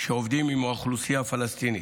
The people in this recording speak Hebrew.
שעובדים עם האוכלוסייה הפלסטינית,